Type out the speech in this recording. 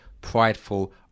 prideful